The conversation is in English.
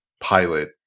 pilot